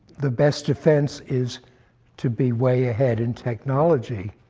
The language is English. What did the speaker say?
the best defense is to be way ahead, in technology,